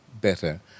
better